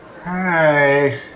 Hi